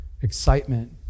excitement